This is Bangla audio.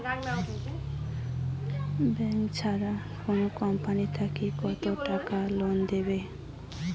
ব্যাংক ছাড়া অন্য কোনো কোম্পানি থাকি কত টাকা লোন দিবে?